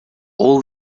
all